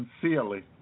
sincerely